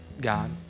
God